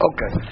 Okay